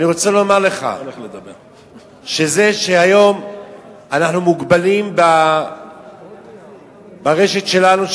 אני רוצה לומר לך שזה שהיום אנחנו מוגבלים ברשת שלנו,